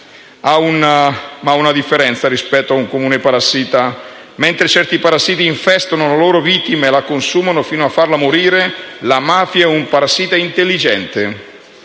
una differenza rispetto a un comune parassita: mentre certi parassiti infestano le loro vittime e le consumano fino a farle morire, la mafia è un parassita intelligente,